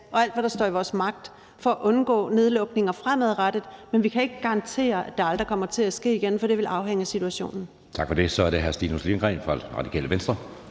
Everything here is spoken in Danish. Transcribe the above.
og alt, hvad der står i vores magt, for at undgå nedlukninger fremadrettet. Men vi kan ikke garantere, at det aldrig kommer til at ske igen, for det vil afhænge af situationen. Kl. 16:02 Anden næstformand (Jeppe Søe): Tak for det. Så er det hr. Stinus Lindgreen fra Radikale Venstre.